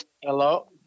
Hello